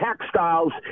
textiles